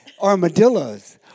armadillos